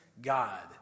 God